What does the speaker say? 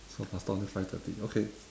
so must talk until five thirty okay